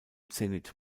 zenit